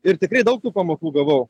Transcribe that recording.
ir tikrai daug tų pamokų gavau